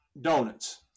donuts